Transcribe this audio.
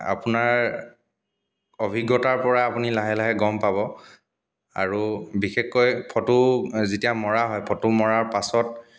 আপোনাৰ অভিজ্ঞতাৰ পৰা আপুনি লাহে লাহে গম পাব আৰু বিশেষকৈ ফটো যেতিয়া মৰা হয় ফটো মৰাৰ পাছত